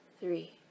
three